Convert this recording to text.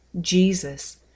Jesus